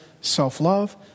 Self-love